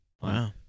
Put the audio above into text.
Wow